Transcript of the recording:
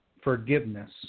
Forgiveness